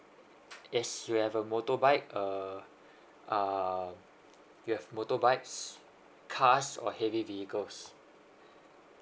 as you have a motorbike uh uh you have motorbikes cars or heavy vehicles